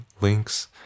links